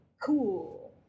Cool